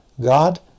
God